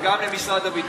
וגם למשרד הביטחון,